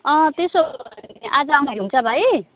त्यसो हो भने आज आउँदाखेरि हुन्छ भाइ